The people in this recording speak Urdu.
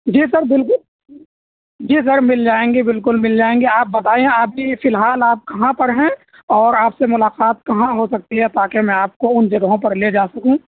جى سر بالکل جی سر مل جائیں گی بالکل مل جائیں گی آپ بتائیں ابھی فی الحال آپ کہاں پر ہیں اور آپ سے ملاقات کہاں ہو سکتی ہے تاکہ میں آپ کو ان جگہوں پر لے جا سکوں